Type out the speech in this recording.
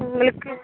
உங்களுக்கு